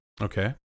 Okay